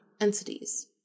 entities